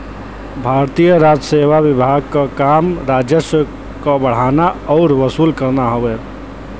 भारतीय राजसेवा विभाग क काम राजस्व क बढ़ाना आउर वसूल करना हउवे